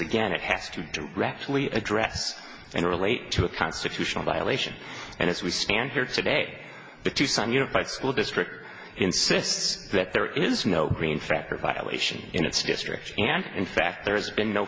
again it has to directly address and relate to a constitutional violation and as we stand here today the two but school district insists that there is no green factor violation in its district and in fact there's been no